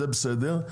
זה בסדר,